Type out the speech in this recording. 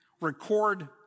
record